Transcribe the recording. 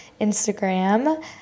Instagram